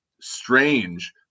strange